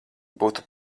būtu